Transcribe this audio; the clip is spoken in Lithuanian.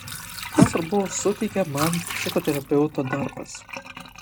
ką svarbaus suteikia man psichoterapeuto darbas